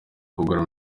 kugura